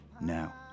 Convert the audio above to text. now